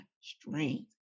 strength